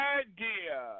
idea